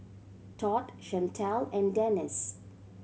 Todd Chantel and Denice